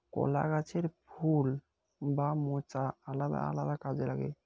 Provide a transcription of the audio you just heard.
কলা গাছের ফুল বা মোচা আলাদা আলাদা কাজে লাগে